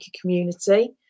community